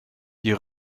die